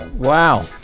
Wow